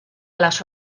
las